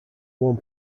one